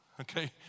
okay